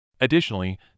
Additionally